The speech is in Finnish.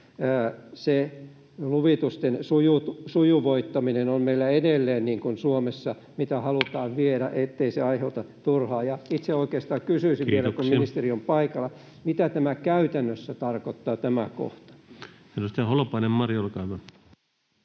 luvitusten sujuvoittaminen on meillä edelleen Suomessa se, mitä halutaan viedä, ettei se aiheuta turhaa... Ja oikeastaan kysyisin vielä, kun ministeri on paikalla: mitä tämä kohta käytännössä tarkoittaa? [Speech